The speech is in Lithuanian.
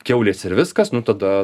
kiaulės ir viskas nu tada